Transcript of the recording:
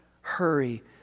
hurry